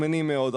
שמנים מאוד,